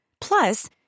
Plus